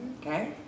Okay